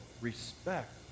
respect